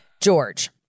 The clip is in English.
George